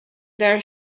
there